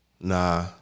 Nah